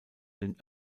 den